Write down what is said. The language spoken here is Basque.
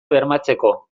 bermatzeko